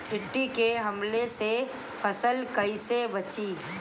टिड्डी के हमले से फसल कइसे बची?